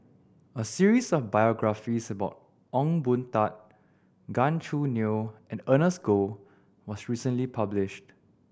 a series of biographies about Ong Boon Tat Gan Choo Neo and Ernest Goh was recently published